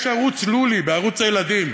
יש "ערוץ לולי" בערוץ הילדים,